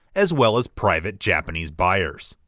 as well as private japanese buyers.